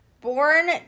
Born